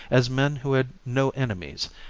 as men who had no enemies,